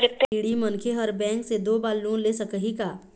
ऋणी मनखे हर बैंक से दो बार लोन ले सकही का?